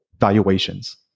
valuations